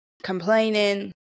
complaining